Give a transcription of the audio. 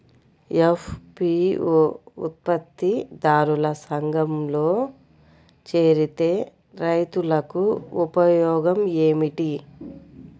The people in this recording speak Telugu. ఎఫ్.పీ.ఓ ఉత్పత్తి దారుల సంఘములో చేరితే రైతులకు ఉపయోగము ఏమిటి?